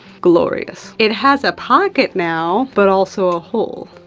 glorious. it has a pocket now, but also a hole.